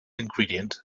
ingredient